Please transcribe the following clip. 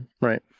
Right